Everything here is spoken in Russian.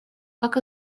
как